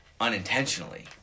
unintentionally